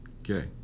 okay